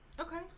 Okay